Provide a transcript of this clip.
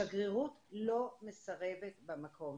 שגרירות לא מסרבת במקום,